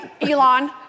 Elon